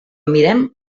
mirem